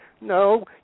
No